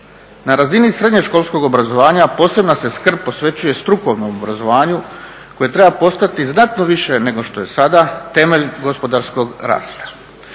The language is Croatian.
Na razini srednjoškolskog obrazovanja posebna se skrb posvećuje strukovnom obrazovanju koje treba postati znatno više nego što je sada temelj gospodarskog rasta.